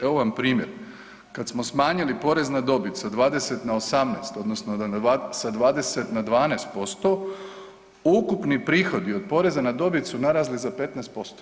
Evo vam primjer, kad smo smanjili porez na dobit sa 20 na 18 odnosno sa 20 na 12% ukupni prihodi od poreza na dobit su narasli za 15%